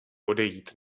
odejít